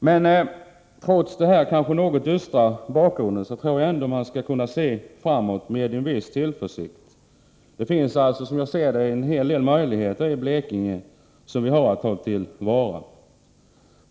Men trots denna något dystra bakgrund tror jag att man kan se framtiden an med en viss tillförsikt. Det finns, som jag ser det, en hel del möjligheter i Blekinge, som vi har att ta till vara.